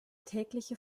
tägliche